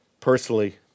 Personally